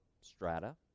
strata